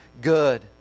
good